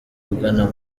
ugana